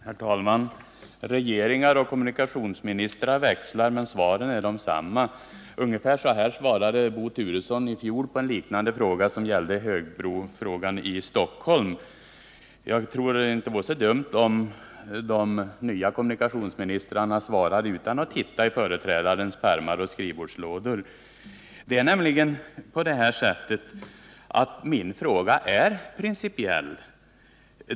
Herr talman! Regeringar och kommunikationsministrar växlar, men svaren är desamma. Ungefär så här svarade Bo Turesson i fjol på en liknande fråga som gällde den nya högbron i Stockholm. Jag tror inte det vore så dumt om de nya ministrarna svarade utan att titta i företrädarens pärmar och skrivbordslådor. Min fråga är principiell.